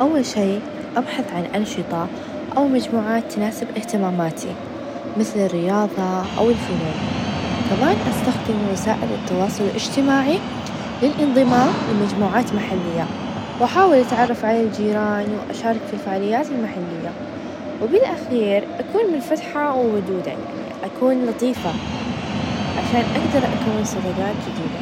أول شي أبحث عن أنشطة ،أو مجموعات تناسب إهتماماتي مثل الرياظة، أو الفنون ،كمان استخدم وسائل التواصل الإجتماعي للانضمام لمجموعات محلية، وأحاول أتعرف على الجيران ،وأشارك في الفعاليات المحلية، وبالأخير أكون منفتحة ،وودودة ، يعني أكون لطيفة عشان أقدر أكون صداقات جديدة.